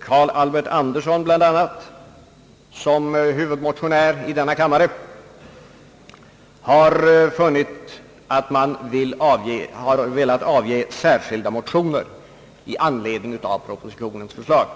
Carl Albert Anderson som huvudmotionär i denna kammare har avgett särskilda motioner i anledning av propositionens förslag.